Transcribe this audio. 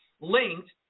linked